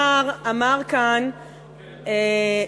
בתשובה על האי-אמון סגן השר אמר כאן,